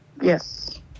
Yes